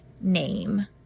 name